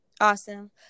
Awesome